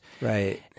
Right